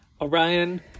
Orion